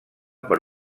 per